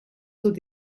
dut